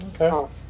Okay